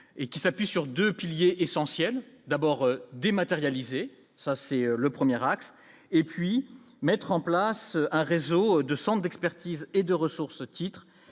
et qui s'appuie sur 2 piliers essentiels d'abord dématérialisé, ça c'est le premier et puis mettre en place un réseau de centre d'expertise et de ressources Titre